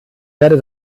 werde